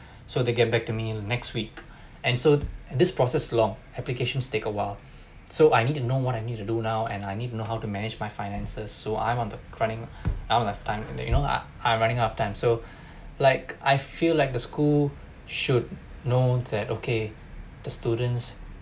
so they get back to me and next week and so this process long applications take awhile so I need to know what I need to do now and I need to know how to manage my finances so I want to running out of time and you know I I running out of time so like I feel like the school should know that okay the students